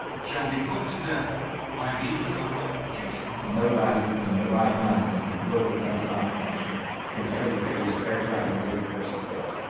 shall be put to death by means of electrocution. nobody in their right mind that can look at that trial transcript can say that there was a fair trial in ziegler versus state.